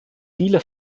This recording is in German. viele